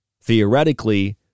theoretically